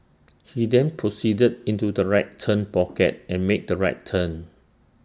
he then proceeded into the right turn pocket and made the right turn